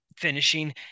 finishing